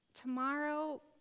tomorrow